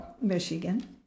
Michigan